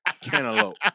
Cantaloupe